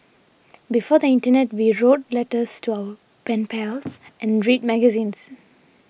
before the internet we wrote letters to our pen pals and read magazines